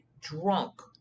drunk